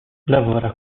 lavora